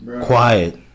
quiet